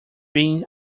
being